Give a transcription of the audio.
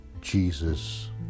Jesus